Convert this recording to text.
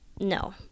No